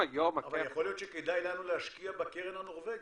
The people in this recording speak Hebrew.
אבל יכול להיות שכדאי לנו להשקיע בקרן הנורבגית.